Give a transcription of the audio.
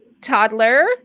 toddler